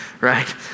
right